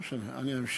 לא משנה, אני אמשיך.